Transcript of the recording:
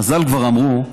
חז"ל כבר אמרו: